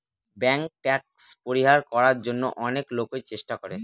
bank tax পরিহার করার জন্য অনেক লোকই চেষ্টা করে